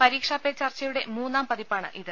പരീക്ഷാ പേ ചർച്ചയുടെ മൂന്നാം പതിപ്പാണ് ഇത്